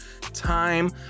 time